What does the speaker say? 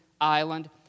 island